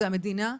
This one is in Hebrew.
זה המדינה.